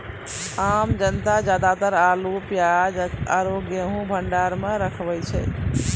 आम जनता ज्यादातर आलू, प्याज आरो गेंहूँ भंडार मॅ रखवाय छै